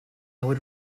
would